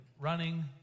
running